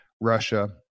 Russia